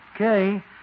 Okay